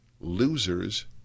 losers